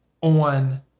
on